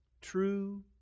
True